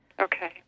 Okay